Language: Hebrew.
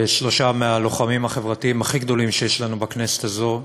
שלושה מהלוחמים החברתיים הכי גדולים שיש לנו בכנסת הזאת,